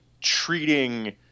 treating